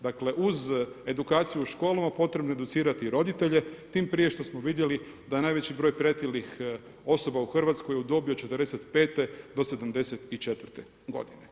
Dakle uz edukaciju u školama, potrebno je educirati i roditelje tim prije što smo vidjeli da je najveći broj pretilih osoba u Hrvatskoj u dobi od 45-te do 74 godine.